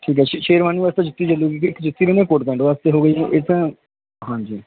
ਹਾਂਜੀ